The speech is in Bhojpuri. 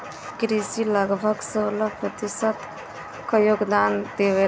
कृषि लगभग सोलह प्रतिशत क योगदान देवेला